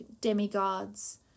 demigods